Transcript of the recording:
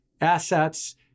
assets